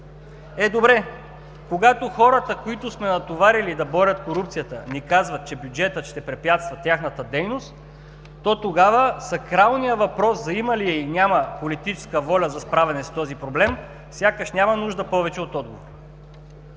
Е, добре, когато хората, които сме натоварили да борят корупцията, ни казват, че бюджетът ще препятства тяхната дейност, то тогава сакралният въпрос да имат или нямат политиците воля за справяне с този проблем сякаш няма нужда повече от отговор.